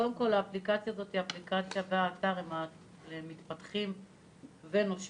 קודם כול, האפליקציה והאתר הם מתפתחים ונושמים.